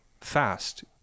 fast